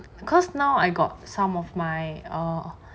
cause now I got some of my err